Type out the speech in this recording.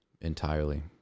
Entirely